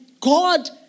God